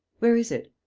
where is it?